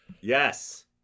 Yes